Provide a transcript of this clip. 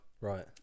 right